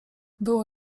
było